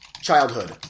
childhood